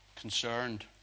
concerned